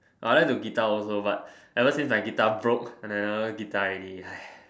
I like to guitar also but ever since my guitar broke I like never guitar already